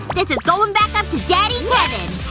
this is going back up to daddy kevin